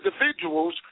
individuals